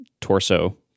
torso